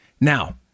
Now